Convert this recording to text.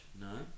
No